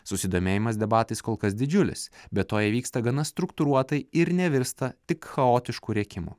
susidomėjimas debatais kol kas didžiulis be to jie vyksta gana struktūruotai ir nevirsta tik chaotišku rėkimu